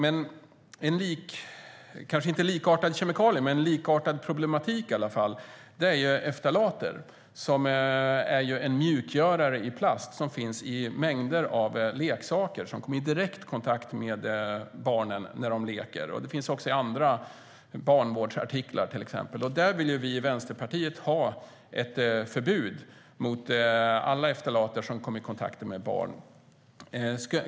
Det finns en likartad problematik, och det rör ftalater, som är en mjukgörare i plast, som finns i mängder av leksaker som kommer i direkt kontakt med barnen när de leker. De finns också i andra barnavårdsartiklar. Vi i Vänsterpartiet vill ha ett förbud mot alla ftalater som kommer i kontakt med barn.